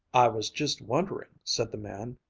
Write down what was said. i was just wondering, said the man,